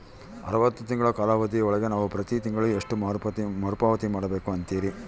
ಅರವತ್ತು ತಿಂಗಳ ಕಾಲಾವಧಿ ಒಳಗ ನಾವು ಪ್ರತಿ ತಿಂಗಳು ಎಷ್ಟು ಮರುಪಾವತಿ ಮಾಡಬೇಕು ಅಂತೇರಿ?